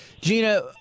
Gina